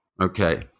Okay